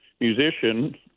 musician